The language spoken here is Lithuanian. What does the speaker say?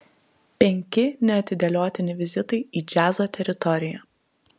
penki neatidėliotini vizitai į džiazo teritoriją